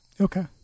Okay